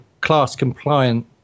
class-compliant